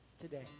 today